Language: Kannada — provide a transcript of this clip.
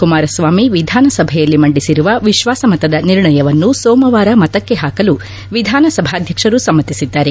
ಕುಮಾರಸ್ವಾಮಿ ವಿಧಾನಸಭೆಯಲ್ಲಿ ಮಂಡಿಸಿರುವ ವಿಶ್ವಾಸ ಮತದ ನಿರ್ಣಯವನ್ನು ಸೋಮವಾರ ಮತಕ್ಕೆ ಹಾಕಲು ವಿಧಾನ ಸಭಾಧ್ಯಕ್ಷರು ಸಮ್ನಿಸಿದ್ದಾರೆ